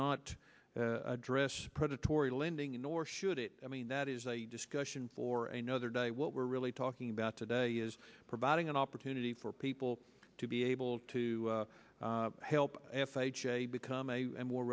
not address predatory lending nor should it i mean that is a discussion for another day what we're really talking about today is providing an opportunity for people to be able to help f h a become a more